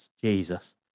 Jesus